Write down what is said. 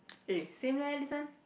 eh same leh this one